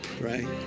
right